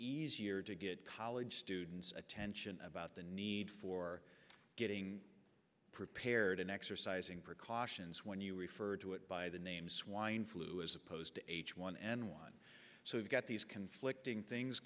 easier to get college students attention about the need for getting prepared and exercising precautions when you referred to it by the name swine flu as opposed to h one n one so we've got these conflicting things